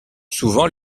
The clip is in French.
souvent